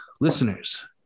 listeners